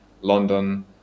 London